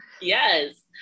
yes